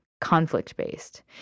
conflict-based